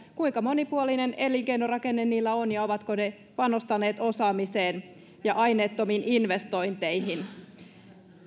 kuinka monipuolinen elinkeinorakenne niillä on ja ovatko ne panostaneet osaamiseen ja aineettomiin investointeihin